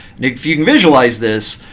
and if you can visualize this,